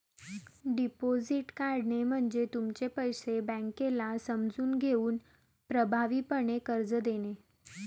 deposit काढणे म्हणजे तुमचे पैसे बँकेला समजून घेऊन प्रभावीपणे कर्ज देणे